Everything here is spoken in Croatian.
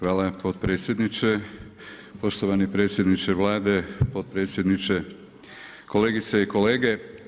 Hvala potpredsjedniče, poštovani predsjedniče Vlade, potpredsjedniče, kolegice i kolege.